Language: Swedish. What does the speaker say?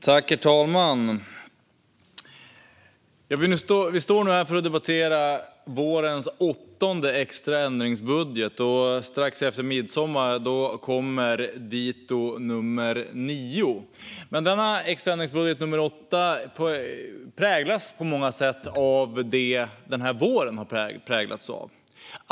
Herr talman! Vi är här för att debattera vårens åttonde extra ändringsbudget, och strax efter midsommar kommer dito nummer nio. Denna extra ändringsbudget nummer åtta präglas på många sätt av det som den här våren har präglats av.